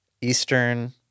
Eastern